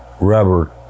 rubber